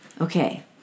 Okay